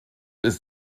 ist